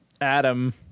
Adam